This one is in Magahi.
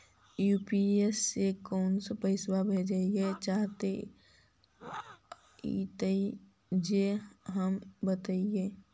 यु.पी.आई से कैसे पैसा भेजबय चाहें अइतय जे हम जानबय?